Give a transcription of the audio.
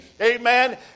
Amen